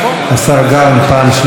גלנט, השר גלנט, השר גלנט פעם שלישית,